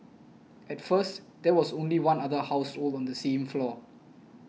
at first there was only one other household on the same floor